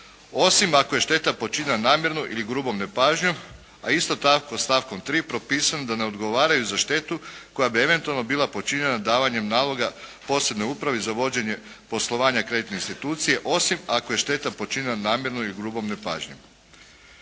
osim ako je šteta počinjena namjerno ili grubom nepažnjom, a isto tako stavkom 3. propisano je da ne odgovaraju za štetu koja bi eventualno bila počinjena davanjem naloga posebnoj Upravi za vođenje poslovanja kreditne institucije, osim ako je šteta počinjena namjerno ili grubom nepažnjom.